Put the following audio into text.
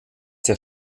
der